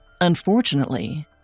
Unfortunately